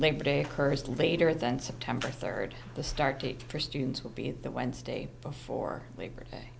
labor day occurs later than september third the start date for students will be in the wednesday before labor day